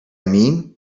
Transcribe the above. mean